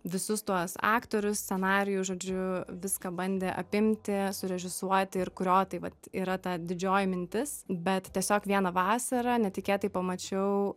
visus tuos aktorius scenarijų žodžiu viską bandė apimti surežisuoti ir kurio tai vat yra ta didžioji mintis bet tiesiog vieną vasarą netikėtai pamačiau